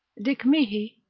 dic mihi,